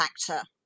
factor